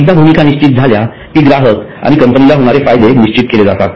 एकदा भूमिका निश्चित झाल्या कि ग्राहक आणि कंपनीला होणारे फायदे निश्चित केले जातात